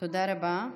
תודה רבה.